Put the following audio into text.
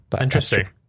Interesting